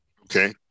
Okay